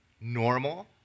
normal